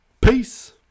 Peace